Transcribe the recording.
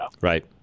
Right